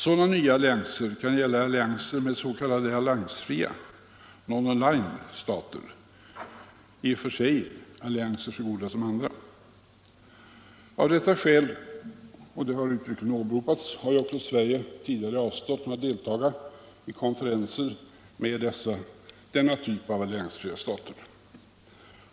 Sådana nya allianser kan gälla allianser med s.k. alliansfria, non-aligned, stater — i och för sig allianser så goda som andra. Av detta skäl, och det har uttryckligen åberopats, har ju också Sverige tidigare avstått från att delta i konferenser med denna typ av alliansfria stater.